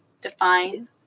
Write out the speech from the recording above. define